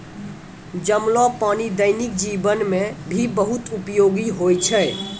जमलो पानी दैनिक जीवन मे भी बहुत उपयोगि होय छै